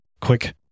Quick